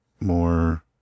more